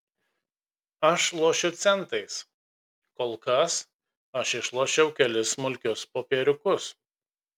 aš lošiu centais kol kas aš išlošiau kelis smulkius popieriukus